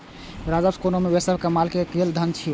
राजस्व कोनो व्यवसाय सं कमायल गेल धन छियै